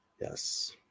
Yes